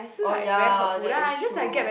oh ya that is true